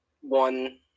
one